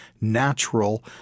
natural